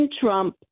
Trump